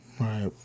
Right